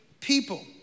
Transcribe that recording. people